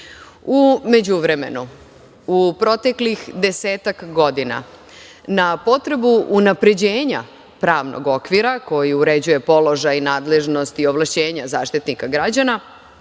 međuvremenu, u proteklih desetak godina na potrebu unapređenja pravnog okvira koji uređuje položaj nadležnosti i ovlašćenja Zaštitnika građana,